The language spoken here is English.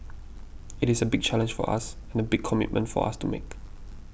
it is a big challenge for us and a big commitment for us to make